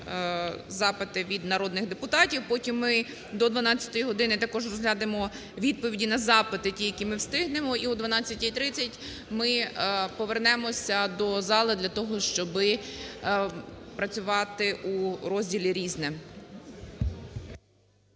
запити від народних депутатів. Потім ми до 12 години також розглянемо відповіді на запити, ті, які ми встигнемо. І о 12:30 ми повернемося до зали для того, щоби працювати у розділі "Різне".